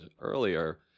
earlier